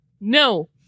No